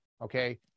okay